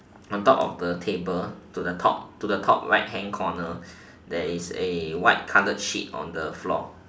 on top of the table to the top to the top right hand corner there is a white coloured sheet on the floor